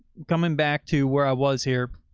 coming back to where i was here,